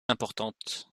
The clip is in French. importantes